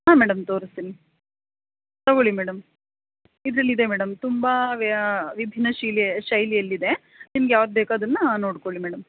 ಹಾಂ ಮೇಡಮ್ ತೋರಿಸ್ತೀನಿ ತೊಗೋಳ್ಳಿ ಮೇಡಮ್ ಇದ್ರಲ್ಲಿ ಇದೆ ಮೇಡಮ್ ತುಂಬಾ ವಿಭಿನ್ನ ಶಿಲೆ ಶೈಲಿಯಲ್ಲಿದೆ ನಿಮ್ಗೆ ಯಾವ್ದು ಬೇಕು ಅದನ್ನು ನೋಡಿಕೊಳ್ಳಿ ಮೇಡಮ್